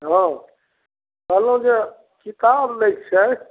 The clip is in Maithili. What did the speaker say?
हँ कहलहुॅं जे किताब लैके छै